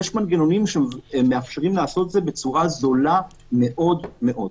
יש מנגנונים שמאפשרים לעשות את זה בצורה זולה מאוד מאוד.